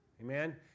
Amen